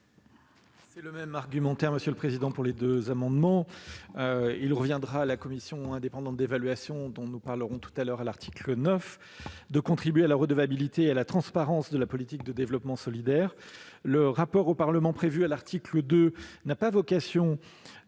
? Mon argumentaire vaudra pour les deux amendements. Il reviendra à la commission indépendante d'évaluation, que nous évoquerons lors de l'examen de l'article 9, de contribuer à la redevabilité et à la transparence de la politique de développement solidaire. Le rapport au Parlement prévu à l'article 2 n'a pas vocation